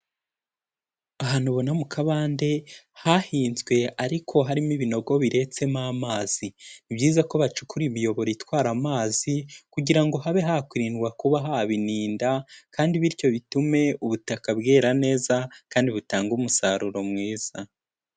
Ahantu ubona mu kabande hahinzwe ariko harimo ibinogo biretsemo amazi. Ni byiza ko bacukura imiyoboro itwara amazi kugira ngo habe hakwirindwa kuba haba ininda kandi bityo bitume ubutaka bwera neza kandi butange umusaruro mwiza.